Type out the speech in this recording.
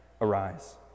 arise